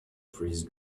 freeze